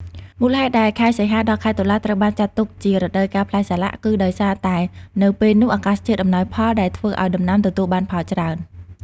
មូលហេតុដែលខែសីហាដល់ខែតុលាត្រូវបានចាត់ទុកជារដូវកាលផ្លែសាឡាក់ គឺដោយសារតែនៅពេលនោះអាកាសធាតុអំណោយផលដែលធ្វើឱ្យដំណាំទទួលបានផលច្រើន។